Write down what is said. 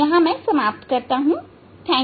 यहां में समाप्त करता हूं